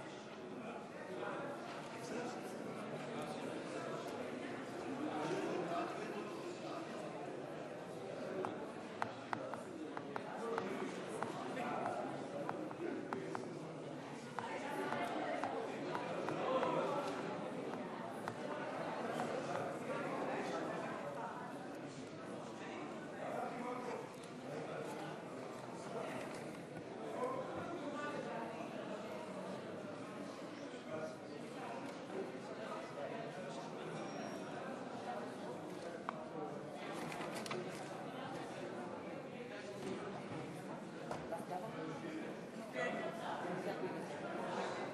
41. אם כן, הצעת החוק